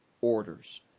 orders